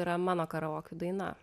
yra mano karaokių daina